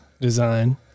design